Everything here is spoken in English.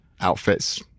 outfits